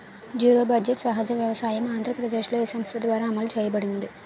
Zero budget సహజ వ్యవసాయం ఆంధ్రప్రదేశ్లో, ఏ సంస్థ ద్వారా అమలు చేయబడింది?